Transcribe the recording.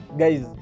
guys